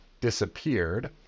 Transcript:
disappeared